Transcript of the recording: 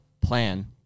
plan